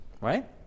right